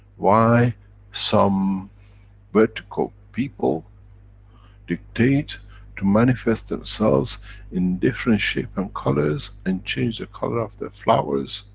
why some vertical people dictate to manifest themselves in different shape and colors and change the color of their flowers,